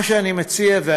מה שאני מציע הוא,